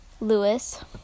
Lewis